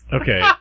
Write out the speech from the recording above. okay